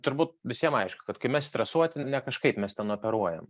turbūt visiem aišku kad kai mes stresuoti ne kažkaip mes ten operuojam